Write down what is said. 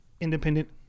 independent